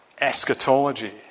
eschatology